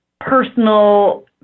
personal